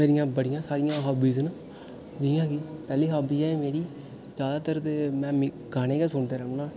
मेरियां बड़ियां सारियां हाविज न जि'यां के पैह्ली हाबी ऐ मेरी जादातर ते में गाने गै सुनदे रौंह्ना